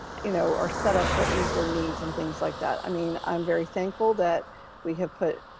you know, are set up that meet their needs and things like that. i mean, i'm very thankful that we have put,